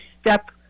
step